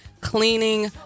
Cleaning